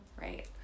right